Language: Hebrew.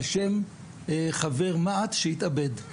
על שם חבר מע"צ שהתאבד.